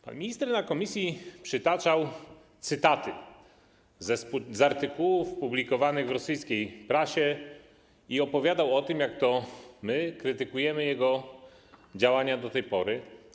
Pan minister w komisji przytaczał cytaty z artykułów publikowanych w rosyjskiej prasie i opowiadał o tym, jak to my krytykujemy jego działania do tej pory.